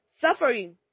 suffering